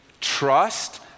trust